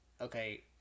okay